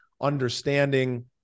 understanding